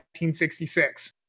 1966